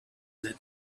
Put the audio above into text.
that